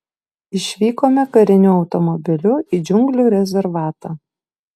išvykome kariniu automobiliu į džiunglių rezervatą